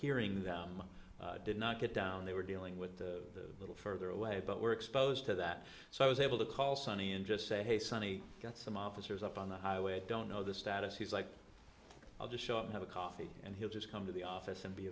hearing them did not get down they were dealing with the little further away but were exposed to that so i was able to call sonny and just say hey sonny get some officers up on the highway i don't know the status he's like i'll just show up have a coffee and he'll just come to the office and be